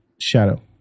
Shadow